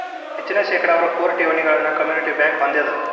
ಹೆಚ್ಚಿನ ಶೇಕಡಾವಾರ ಕೋರ್ ಠೇವಣಿಗಳನ್ನ ಕಮ್ಯುನಿಟಿ ಬ್ಯಂಕ್ ಹೊಂದೆದ